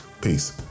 Peace